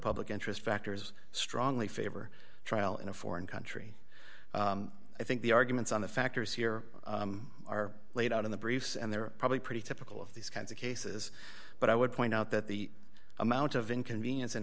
public interest factors strongly favor trial in a foreign country i think the arguments on the factors here are laid out in the briefs and they're probably pretty typical of these kinds of cases but i would point out that the amount of inconvenience an